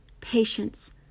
patience